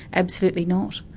absolutely not.